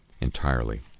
entirely